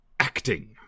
Acting